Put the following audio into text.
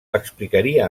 explicaria